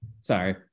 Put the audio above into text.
sorry